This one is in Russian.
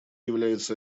является